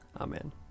Amen